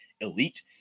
elite